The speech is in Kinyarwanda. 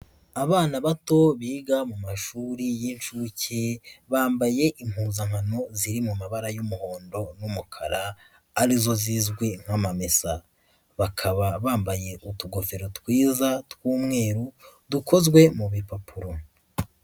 Abana bato biga mu mashuri y'inshuuke bambaye impuzankano ziri mu mabara y'umuhondo n'umukara arizo zizwi nk'amamesa, bakaba bambaye utugofero twiza tw'umweru dukozwe mu bipapuro.